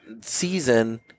season